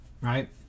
right